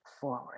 forward